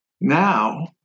Now